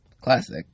Classic